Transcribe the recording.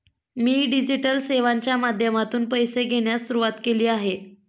मी digital सेवांच्या माध्यमातून पैसे घेण्यास सुरुवात केली आहे